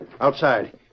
Outside